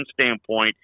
standpoint